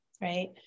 right